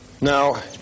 Now